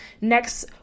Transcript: next